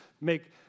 make